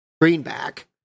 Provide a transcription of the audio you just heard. greenback